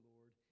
Lord